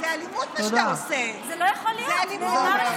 הצביע בעד, למרות